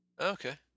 Okay